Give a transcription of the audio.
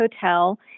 Hotel